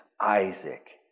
Isaac